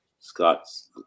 Scott's